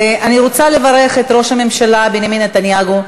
אני רוצה לברך את ראש הממשלה בנימין נתניהו.